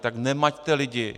Tak nemaťte lidi!